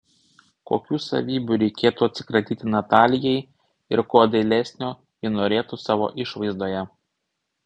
kokių savybių reikėtų atsikratyti natalijai ir ko dailesnio ji norėtų savo išvaizdoje